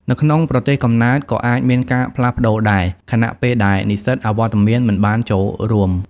នៅក្នុងប្រទេសកំណើត ក៏អាចមានការផ្លាស់ប្តូរដែរ ខណៈពេលដែលនិស្សិតអវត្តមានមិនបានចូលរួម។